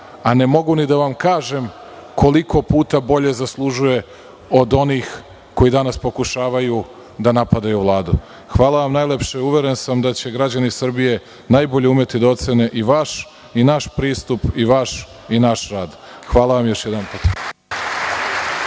a ne mogu ni da vam kažem koliko puta bolje zaslužuje od onih koji danas pokušavaju da napadaju Vladu. Hvala vam najlepše. Uveren sam da će građani Srbije najbolje umeti da ocene i vaš i naš pristup i vaš i naš rad. Hvala vam još jedanput.